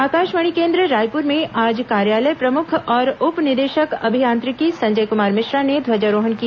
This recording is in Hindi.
आकाशवाणी केंद रायपुर में आज कार्यालय प्रमुख और उप निदेशक अभियांत्रिकी संजय कुमार मिश्रा ने ध्वजारोहण किया